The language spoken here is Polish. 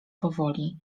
powoli